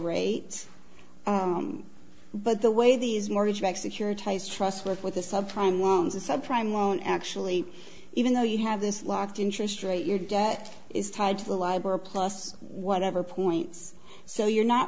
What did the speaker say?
rate but the way these mortgage backed securities trust work with the subprime loans a subprime loan actually even though you have this locked interest rate your debt is tied to the library plus whatever points so you're not